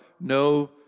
no